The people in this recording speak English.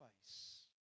face